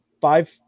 five